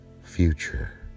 future